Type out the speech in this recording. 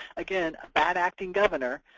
again, a bad-acting governor